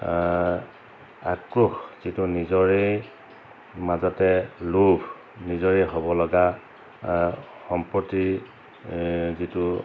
আক্ৰোশ যিটো নিজৰেই মাজতে লোভ নিজৰেই হ'বলগা সম্পত্তি যিটো